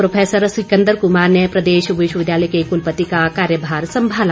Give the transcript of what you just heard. professor Sikandar Kumar ने प्रदेश विश्वविद्यालय के कुलपति का कार्यभार संभाला